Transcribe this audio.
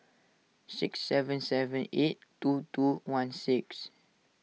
six seven seven eight two two one six